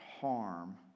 harm